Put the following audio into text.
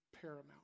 paramount